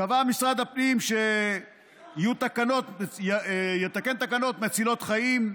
קבע משרד הפנים שיתוקנו תקנות מצילות חיים.